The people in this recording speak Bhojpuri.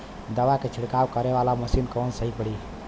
दवा के छिड़काव करे वाला मशीन कवन सही पड़ी?